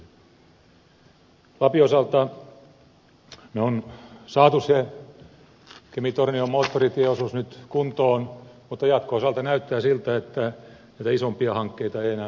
lapin osalta me olemme saaneet kemitornio moottoritieosuuden kuntoon mutta jatkon osalta näyttää siltä että näitä isompia hankkeita ei enää pohjoiseen ole tulossa